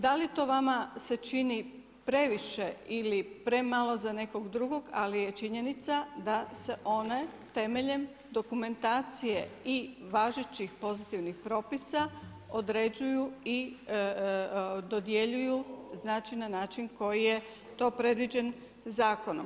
Da li to vama se čini previše ili premalo za nekog drugog, ali je činjenica da se one temeljem dokumentacije i važećih pozitivnih propisa određuju i dodjeljuju znači na način koji je to predviđen zakonom.